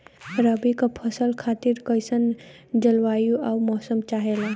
रबी क फसल खातिर कइसन जलवाय अउर मौसम चाहेला?